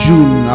June